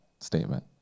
statement